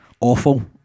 awful